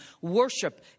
worship